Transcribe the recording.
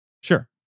Sure